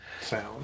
sound